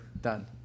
Done